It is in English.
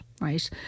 right